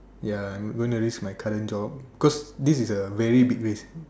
ya I am gonna use my current job cause this is a very big risk